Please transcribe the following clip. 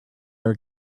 are